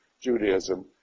Judaism